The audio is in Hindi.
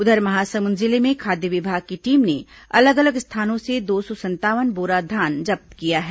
उधर महासमुंद जिले में खाद्य विभाग की टीम ने अलग अलग स्थानों से दो सौ संतावन बोरा धान जब्त किया है